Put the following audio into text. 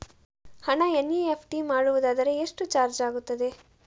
ಹಣ ಎನ್.ಇ.ಎಫ್.ಟಿ ಮಾಡುವುದಾದರೆ ಎಷ್ಟು ಚಾರ್ಜ್ ಆಗುತ್ತದೆ?